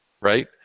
right